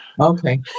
Okay